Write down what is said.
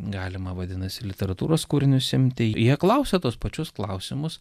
galima vadinasi literatūros kūrinius imti jie klausia tuos pačius klausimus